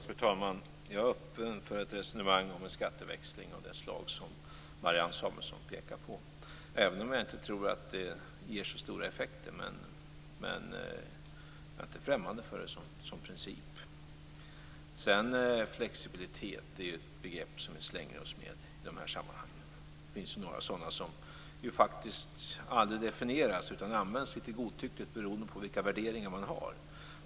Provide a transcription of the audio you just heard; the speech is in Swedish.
Fru talman! Jag är öppen för ett resonemang om skatteväxling av det slag som Marianne Samuelsson pekar på, även om jag inte tror att det ger så stora effekter. Jag är ändå inte främmande för det som princip. Flexibilitet är ett begrepp vi slänger oss med i de här sammanhangen. Det finns en del sådana begrepp som aldrig riktigt definieras utan som används litet godtyckligt beroende på vilka värderingar talaren har.